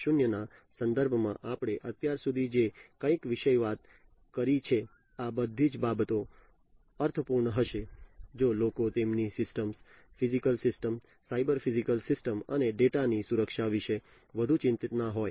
0 ના સંદર્ભમાં આપણે અત્યાર સુધી જે કંઈપણ વિશે વાત કરી છે આ બધી બાબતો અર્થપૂર્ણ હશે જો લોકો તેમની systems physical systems cyber physical systems અને ડેટા ની સુરક્ષા વિશે વધુ ચિંતિત ન હોય